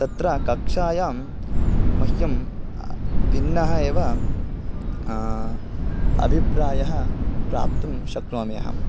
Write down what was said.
तत्र कक्षायां मह्यं भिन्नः एव अभिप्रायः प्राप्तुं शक्नोमि अहं